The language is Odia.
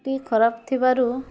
ଟି ଖରାପ ଥିବାରୁ